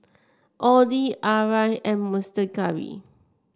Audi Arai and Monster Curry